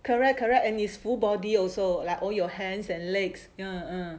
correct correct and it's full body also like all your hands and legs uh uh